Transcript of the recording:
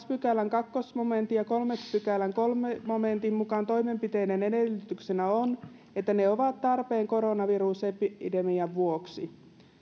pykälän toisen momentin ja kolmannen pykälän kolmannen momentin mukaan toimenpiteiden edellytyksenä on että ne ovat tarpeen koronavirusepidemian vuoksi